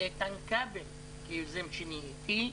איתן כבל כיוזם שני איתי,